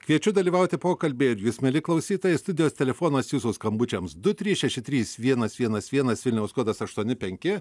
kviečiu dalyvauti pokalbyje ir jus mieli klausytojai studijos telefonas jūsų skambučiams du trys šeši trys vienas vienas vienas vilniaus kodas aštuoni penki